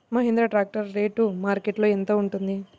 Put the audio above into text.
Mahindra tractor rate మార్కెట్లో యెంత ఉంటుంది?